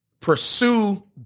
pursue